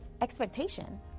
expectation